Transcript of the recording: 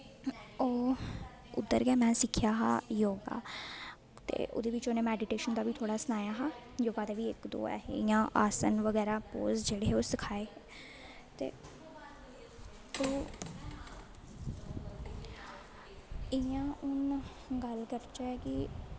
ओह् उद्धर गै में सिक्खेआ हा योग ते ओह्दे बिच्च उ'नें मैडिटेशन दा थोह्ड़ा सनाया हा योग दा बी इक दो ऐ हे इ'यां आसन बगैरा पोज जेह्ड़े हे ओह् सखाए तो इ'यां हून गल्ल करचै कि